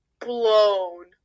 blown